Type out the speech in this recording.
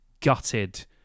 gutted